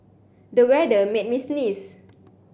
the weather made me sneeze